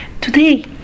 Today